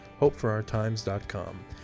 hopeforourtimes.com